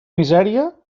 misèria